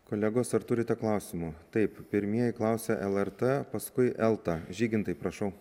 kolegos ar turite klausimų taip pirmieji klausia lrt paskui elta žygintai prašau